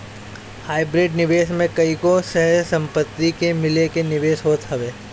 hybrid निवेश में कईगो सह संपत्ति के मिला के निवेश होत हवे